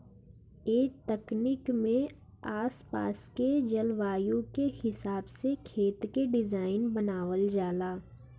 ए तकनीक में आस पास के जलवायु के हिसाब से खेत के डिज़ाइन बनावल जाला